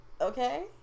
okay